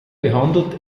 behandelt